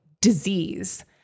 disease